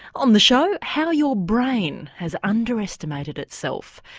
on the show how your brain has underestimated itself.